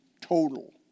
total